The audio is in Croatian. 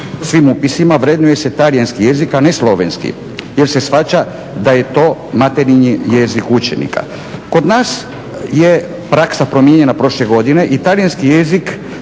svim upisima vrednuje se talijanski jezik, a ne slovenski jer se shvaća da je to materinji jezik učenika. Kod nas je praksa promijenjena prošle godine i talijanski jezik